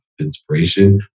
inspiration